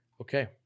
Okay